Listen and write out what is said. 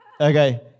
Okay